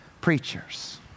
preachers